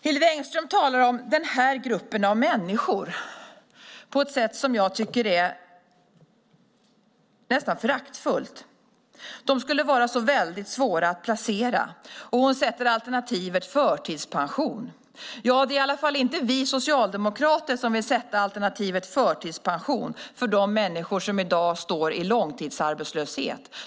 Hillevi Engström talar om den här gruppen av människor på ett sätt som jag tycker är nästan föraktfullt. De skulle vara så väldigt svåra att placera. Och hon nämner alternativet förtidspension. Ja, det är i alla fall inte vi socialdemokrater som vill sätta upp alternativet förtidspension för de människor som i dag är i långtidsarbetslöshet.